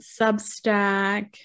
Substack